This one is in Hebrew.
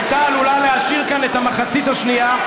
הייתה עלולה להשאיר כאן את המחצית השנייה,